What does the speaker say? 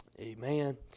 Amen